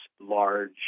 large